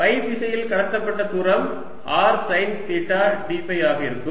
five திசையில் கடக்கப்பட்ட தூரம் r sine theta d phi ஆக இருக்கும்